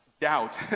doubt